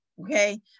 okay